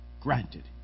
granted